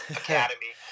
academy